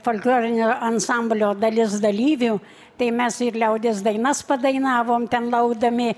folklorinio ansamblio dalis dalyvių tai mes ir liaudies dainas padainavom ten laukdami